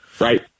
right